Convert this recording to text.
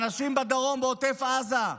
אנשים בדרום, בעוטף עזה,